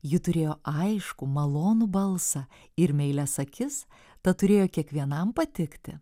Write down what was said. ji turėjo aiškų malonų balsą ir meilias akis tad turėjo kiekvienam patikti